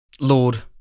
Lord